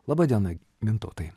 laba diena mintautai